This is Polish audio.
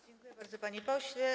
Dziękuję bardzo, panie pośle.